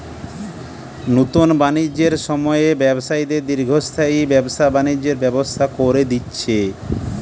নুতন বাণিজ্যের সময়ে ব্যবসায়ীদের দীর্ঘস্থায়ী ব্যবসা বাণিজ্যের ব্যবস্থা কোরে দিচ্ছে